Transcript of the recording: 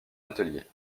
atelier